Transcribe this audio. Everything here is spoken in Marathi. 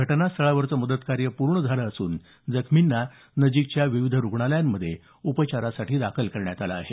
घटनास्थळावरचं मदत कार्य पूर्ण झालं असून जखमींना नजिकच्या विविध रुग्णालयांमध्ये उपचारासाठी दाखल करण्यात आल आहे